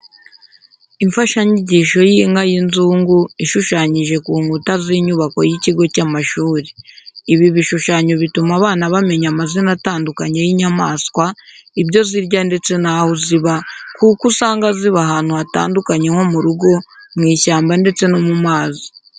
Imfashanyigisho y'inka y'inzungu ishushanyije ku nkuta z'inyubako y'ikigo cy'amashuri. Ibi bishushanyo bituma abana bamenya amazina atandukanye y'inyamaswa, ibyo zirya ndetse n'aho ziba, kuko usanga ziba ahantu hatandukanye nko mu rugo, mu ishyamba ndetse no mu mazi.